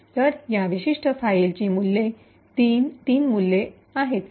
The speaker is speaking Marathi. तर या विशिष्ट फाईलची 3 मूल्ये 0 1 किंवा 2 असतील